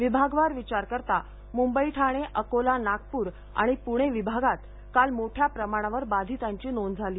विभागवार विचार करता मुंबई ठाणे अकोला नागपूर आणि पुणे विभागात काल मोठ्या प्रमाणावर बाधितांची नोंद झाली